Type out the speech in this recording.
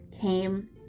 came